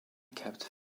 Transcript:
kept